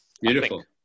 Beautiful